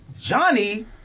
Johnny